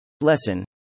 Lesson